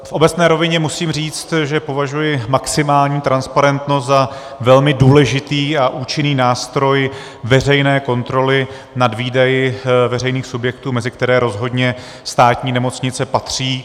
V obecné rovině musím říct, že považuji maximální transparentnost za velmi důležitý a účinný nástroj veřejné kontroly nad výdaji veřejných subjektů, mezi které rozhodně státní nemocnice patří.